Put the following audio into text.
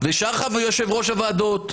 ושאר יושבי ראש הוועדות.